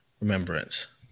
remembrance